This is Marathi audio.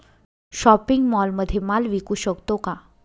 शॉपिंग मॉलमध्ये माल विकू शकतो का?